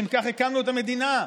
לשם כך הקמנו את המדינה.